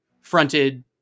fronted